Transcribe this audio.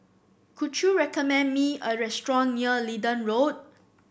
could you recommend me a restaurant near Leedon Road